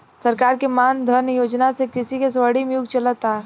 सरकार के मान धन योजना से कृषि के स्वर्णिम युग चलता